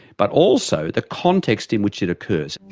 but also the context in which it occurs.